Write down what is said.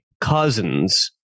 cousins